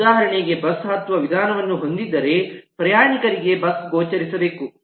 ಉದಾಹರಣೆಗೆ ಬಸ್ ಹತ್ತುವ ವಿಧಾನವನ್ನು ಹೊಂದಿದ್ದರೆ ಪ್ರಯಾಣಿಕರಿಗೆ ಬಸ್ ಗೋಚರಿಸಬೇಕು